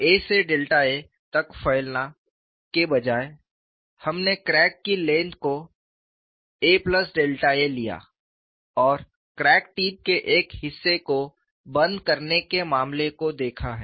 यह a से delta a तक फैलना के बजाय हमने क्रैक की लेंथ को a plus delta a aa लिया और क्रैक टिप के एक हिस्से को बंद करने के मामले को देखा है